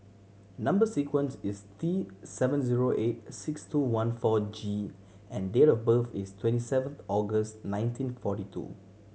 number sequence is T seven zero eight six two one four G and date of birth is twenty seventh August nineteen forty two